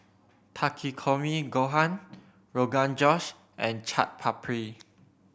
Takikomi Gohan Rogan Josh and Chaat Papri